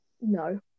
No